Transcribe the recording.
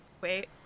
wait